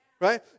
Right